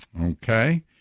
Okay